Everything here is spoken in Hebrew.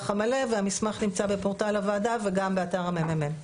המלא והמסמך נמצא בפורטל הוועדה וגם באתר הממ"מ.